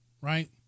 right